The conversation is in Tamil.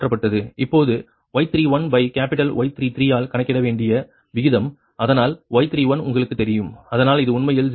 இப்போது Y31 பை கேப்பிட்டல் Y33 ஆல் கணக்கிட வேண்டிய விகிதம் அதனால் Y31 உங்களுக்குத் தெரியும் அதனால் அது உண்மையில் 0